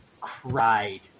cried